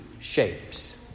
shapes